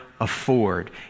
afford